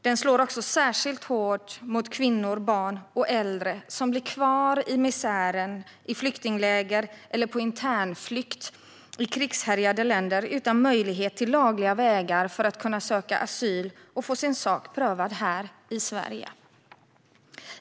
Den slår också särskilt hårt mot kvinnor, barn och äldre som blir kvar i misären i flyktingläger eller på internflykt i krigshärjade länder utan möjlighet till lagliga vägar för att kunna söka asyl och få sin sak prövad här i Sverige.